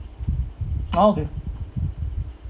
okay